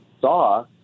saw